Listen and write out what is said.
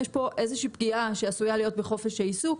יש כאן איזושהי פגיעה שעשויה להיות בחופש העיסוק.